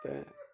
تہٕ